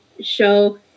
Show